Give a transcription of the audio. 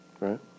right